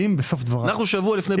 אנחנו שבוע לפני בחירות.